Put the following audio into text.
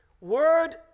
Word